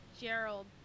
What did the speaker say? Gerald